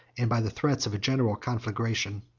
and by the threats of a general conflagration,